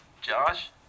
Josh